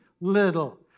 little